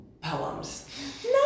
poems